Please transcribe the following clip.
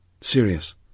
Serious